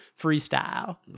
freestyle